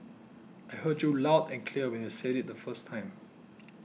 I heard you loud and clear when you said it the first time